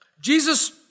Jesus